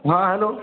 ہاں ہیلو